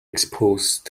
exposed